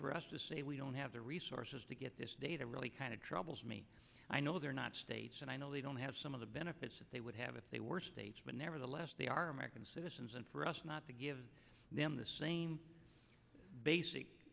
for us to say we don't have the resources to get this data really kind of troubles me i know they're not states and i know they don't have some of the benefits that they would have if they were states but nevertheless they are american citizens and for us not to give them the same